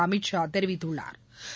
அமித் ஷா தெரிவித்துள்ளாா்